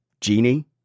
Genie